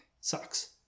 sucks